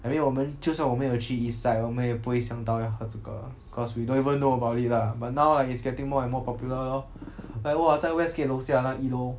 I mean 我们就算我们有去 east side 我们也不会想到要喝这个 lah cause we don't even know about it lah but now like it's getting more and more popular lor like !wah! 在 westgate 楼下那一楼